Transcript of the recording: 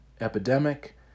epidemic